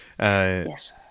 Yes